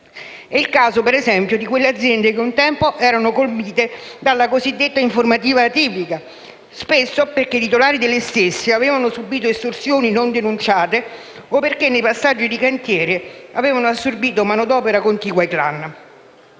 È il caso, per esempio, delle aziende che un tempo erano colpite dalle cosiddette informative atipiche, spesso perché i titolari delle stesse avevano subito estorsioni non denunciate o perché nei passaggi di cantiere avevano assorbito manodopera contigua ai *clan*.